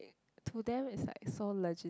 to them it's like so legit